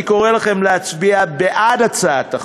אני קורא לכם להצביע בעד הצעת החוק,